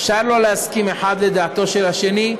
אפשר לא להסכים אחד לדעתו של השני,